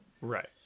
Right